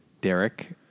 Derek